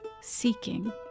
seeking